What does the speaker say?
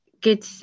good